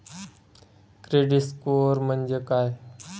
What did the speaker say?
Credit score म्हणजे काय?